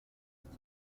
ist